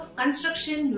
construction